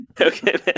okay